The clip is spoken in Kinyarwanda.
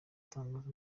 utangaza